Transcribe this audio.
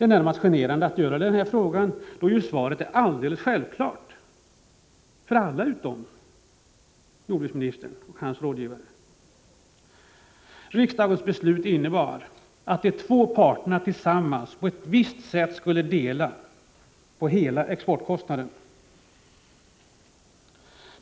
Det är närmast generande att ställa denna fråga, eftersom svaret ju är alldeles självklart för alla utom för jordbruksministern och hans rådgivare. Riksdagens beslut innebar att de två parterna tillsammans på ett visst sätt skulle dela på hela exportkostnaden.